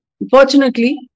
Unfortunately